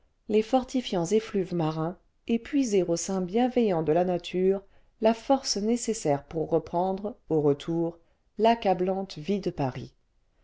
les fortifiants effluves marins et puiser au sein bienveillant de la nature la force nécessaire pour reprendre au retour l'accablante vie de paris